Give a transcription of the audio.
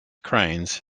cranes